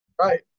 right